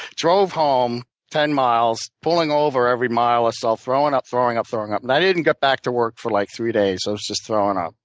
drove home ten miles, pulling over every mile or so, throwing up, throwing up, throwing up. and i didn't get back to work for like three days. i was just throwing up.